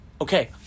Okay